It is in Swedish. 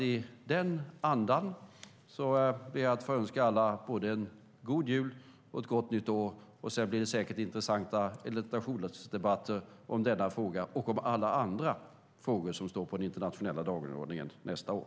I denna anda ber jag att få önska alla både en god jul och ett gott nytt år. Sedan blir det säkert intressanta interpellationsdebatter om denna fråga och om alla andra frågor som står på den internationella dagordningen nästa år.